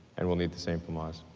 and we'll need the same for mars.